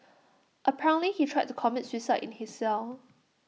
apparently he tried to commit suicide in his cell